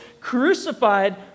crucified